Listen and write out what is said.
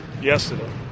yesterday